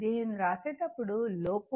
దీనిని వ్రాసేటప్పుడు లోపంerror